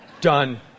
Done